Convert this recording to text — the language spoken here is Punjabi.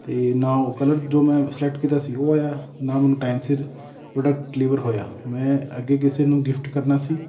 ਅਤੇ ਨਾ ਉਹ ਕਲਰ ਜੋ ਮੈਂ ਸਲੈਕਟ ਕੀਤਾ ਸੀ ਉਹ ਆਇਆ ਨਾ ਮੈਨੂੰ ਟਾਈਮ ਸਿਰ ਪ੍ਰੋਡਕਟ ਡਿਲੀਵਰ ਹੋਇਆ ਮੈਂ ਅੱਗੇ ਕਿਸੇ ਨੂੰ ਗਿਫਟ ਕਰਨਾ ਸੀ